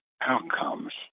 outcomes